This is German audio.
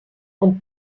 und